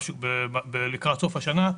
לקראת סוף השנה.